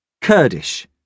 Kurdish